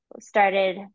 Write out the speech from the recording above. started